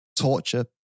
torture